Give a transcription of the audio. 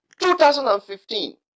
2015